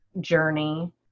journey